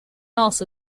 also